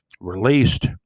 released